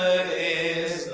a